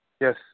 Yes